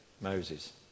moses